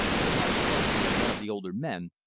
he watched closely one of the older men,